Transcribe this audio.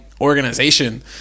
organization